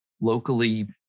locally